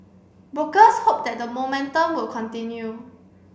brokers hope that the momentum will continue